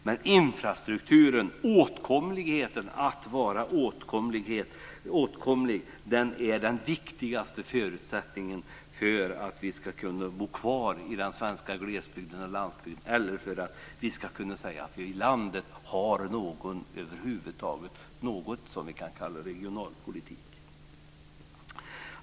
Men infrastrukturen, åtkomligheten, att vara åtkomlig, är den viktigaste förutsättningen för att vi ska kunna bo kvar i den svenska glesbygden och landsbygden eller för att vi ska kunna säga att vi i landet över huvud taget har något som vi kan kalla regionalpolitik.